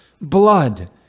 blood